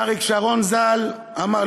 אריק שרון ז"ל אמר,